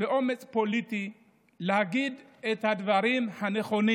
ואומץ פוליטי להגיד את הדברים הנכונים